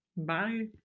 Bye